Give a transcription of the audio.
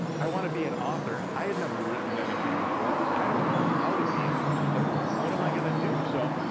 i wanna be an author. i had never written anything before. i don't know how to be an author. what am i gonna do? so,